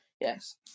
yes